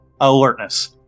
Alertness